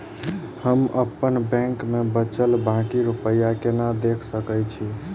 हम अप्पन बैंक मे बचल बाकी रुपया केना देख सकय छी?